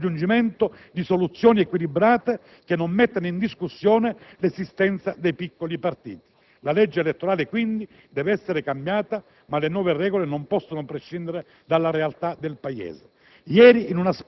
orientata al raggiungimento di soluzioni equilibrate che non mettano in discussione l'esistenza dei piccoli partiti. La legge elettorale, quindi, deve essere cambiata, ma le nuove regole non possono prescindere dalla realtà del Paese.